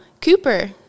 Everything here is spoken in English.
Cooper